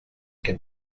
can